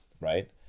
right